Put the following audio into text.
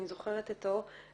אני זוכרת אותו,